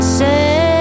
say